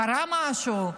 קרה משהו?